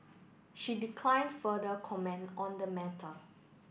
she declined further comment on the matter